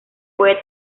puede